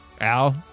Al